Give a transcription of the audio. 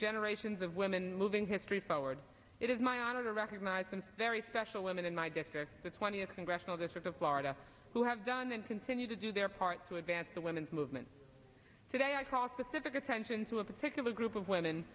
generations of women moving history forward it is my honor to recognize some very special women in my district the twentieth congressional district of florida who have done and continue to do their part to advance the women's movement today i cross with difficult tensions to a particular group of women